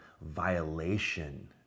violation